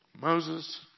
Moses